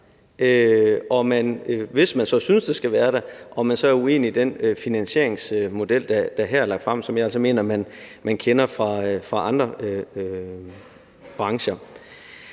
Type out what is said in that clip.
skal man kunne give et svar på, om man så er uenig i den finansieringsmodel, der her er lagt frem, og som jeg altså mener man kender fra andre brancher.